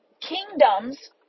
kingdoms